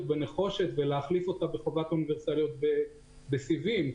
בנחושת ולהחליף אותה בחובת האוניברסליות בסיבים?